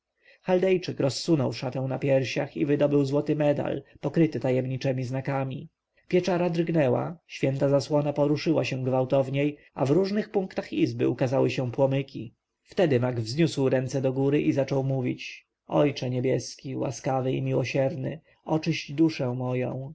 chaldejczyk rozsunął szatę na piersiach i wydobył złoty medal pokryty tajemniczemi znakami pieczara drgnęła święta zasłona poruszyła się gwałtowniej a w różnych punktach izby ukazały się płomyki wtedy mag wzniósł ręce do góry i zaczął mówić ojcze niebieski łaskawy i miłosierny oczyść duszę moją